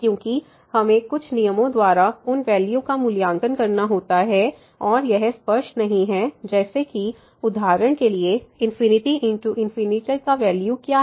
क्योंकि हमें कुछ नियमों द्वारा उन वैल्यू का मूल्यांकन करना होता है और यह स्पष्ट नहीं है जैसे कि उदाहरण के लिए ∞×∞ का वैल्यू क्या है